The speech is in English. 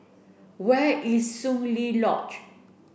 where is Soon Lee lodge